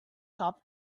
top